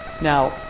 Now